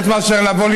חוץ מאשר לבוא,